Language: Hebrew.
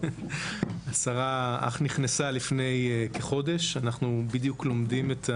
השרה אך נכנסה לפני כחודש, אנחנו בדיוק לומדים.